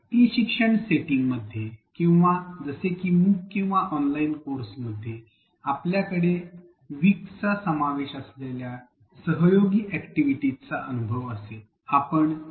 E शिक्षण सेटिंगमध्ये किंवा जसे की मूक किंवा ऑनलाइन कोर्समध्ये आपल्याकडे विकिसचा समावेश असलेल्या सहयोगी अॅक्टिव्हिटीसचा अनुभव असेल